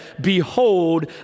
behold